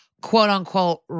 quote-unquote